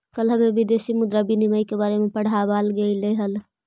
कल हमें विदेशी मुद्रा विनिमय के बारे में पढ़ावाल गेलई हल